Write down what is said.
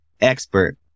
expert